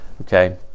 Okay